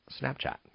Snapchat